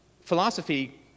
Philosophy